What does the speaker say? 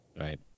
Right